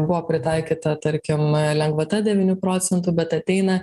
buvo pritaikyta tarkim lengvata devynių procentų bet ateina